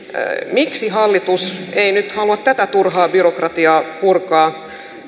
miksi hallitus ei nyt halua tätä turhaa byrokratiaa purkaa